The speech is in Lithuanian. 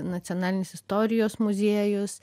nacionalinis istorijos muziejus